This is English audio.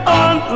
on